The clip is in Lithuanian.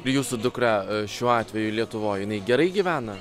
ir jūsų dukra šiuo atveju lietuvoj jinai gerai gyvena